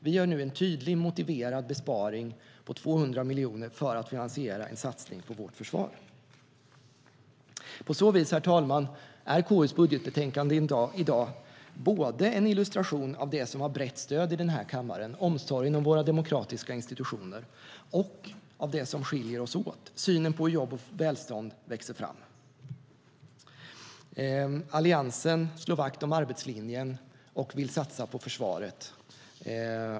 Vi gör nu en tydlig och motiverad besparing på 200 miljoner för att finansiera en satsning på vårt försvar. På så vis, herr talman, är KU:s budgetbetänkande i dag en illustration av både det som har brett stöd i den här kammaren - omsorgen om våra demokratiska institutioner - och av det som skiljer oss åt, nämligen synen på hur jobb och välstånd växer fram. Alliansen slår vakt om arbetslinjen och vill satsa på försvaret.